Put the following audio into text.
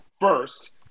first